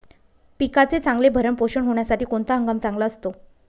पिकाचे चांगले भरण पोषण होण्यासाठी कोणता हंगाम चांगला असतो?